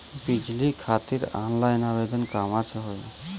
बिजली खातिर ऑनलाइन आवेदन कहवा से होयी?